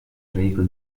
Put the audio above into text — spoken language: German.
regel